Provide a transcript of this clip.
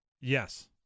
Yes